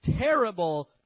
terrible